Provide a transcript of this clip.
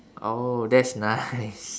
oh that's nice